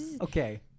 Okay